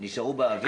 נשארו באוויר.